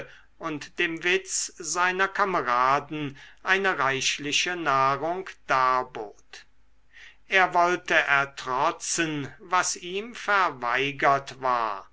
und dem witz seiner kameraden eine reichliche nahrung darbot er wollte ertrotzen was ihm verweigert war